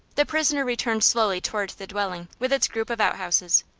the prisoner returned slowly toward the dwelling, with its group of outhouses.